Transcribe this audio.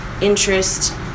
interest